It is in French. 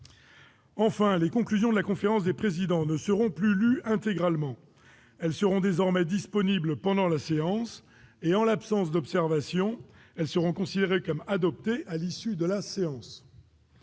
Enfin, les conclusions de la conférence des présidents ne seront plus lues intégralement. Elles seront désormais disponibles pendant la séance et, en l'absence d'observation, elles seront considérées comme adoptées à l'issue de la séance.